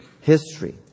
history